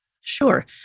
Sure